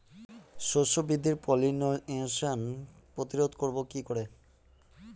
শস্য বৃদ্ধির পলিনেশান প্রতিরোধ করব কি করে?